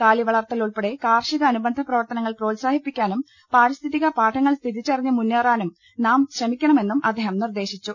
കാലിവളർത്തൽ ഉൾപ്പെടെ കാർഷിക അനുബന്ധ പ്രവർത്തനങ്ങൾ പ്രോത്സാഹി പ്പിക്കാനും പരിസ്ഥിതി പാഠങ്ങൾ തിരിച്ചറിഞ്ഞ് മുന്നേറാനും നാം ശ്രമിക്കണമെന്നും അദ്ദേഹം നിർദേശിച്ചു